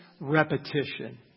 repetition